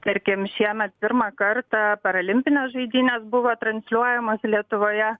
tarkim šiemet pirmą kartą parolimpinės žaidynės buvo transliuojamos lietuvoje